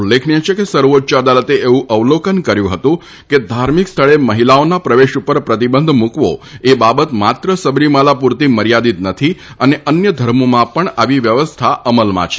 ઉલ્લેખનીય છે કે સર્વોચ્ય અદાલતે એવુ અવલોકન કર્યુ હતું કે ધાર્મિક સ્થળે મહિલાઓના પ્રવેશ ઉપર પ્રતિબંધ મુકવો એ બાબત માત્ર સબરીમાલા પુરતી મર્યાદિત નથી અને અન્ય ધર્મોમાં પણ આવી વ્યવસ્થા અમલમાં છે